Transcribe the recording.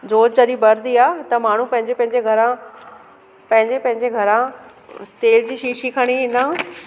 जोत जॾहिं बरदी आहे त माण्हू पंहिंजे पंहिंजे घरां पंहिंजे पंहिंजे घरां तेल जी शीशी खणी ईंदा